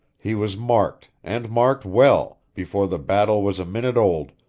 he was marked, and marked well, before the battle was a minute old,